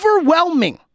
overwhelming